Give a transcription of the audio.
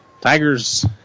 Tigers